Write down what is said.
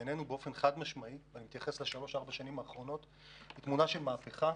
היא באופן חד-משמעי תמונה של מהפכה,